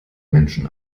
menschen